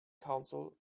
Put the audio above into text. counsel